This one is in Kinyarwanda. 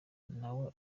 nawe